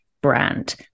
brand